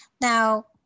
Now